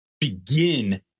begin